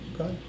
Okay